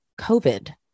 COVID